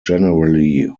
generally